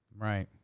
right